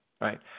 right